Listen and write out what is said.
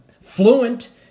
fluent